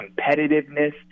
competitiveness